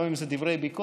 גם אם זה דברי ביקורת,